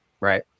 Right